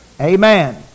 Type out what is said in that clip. Amen